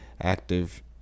Active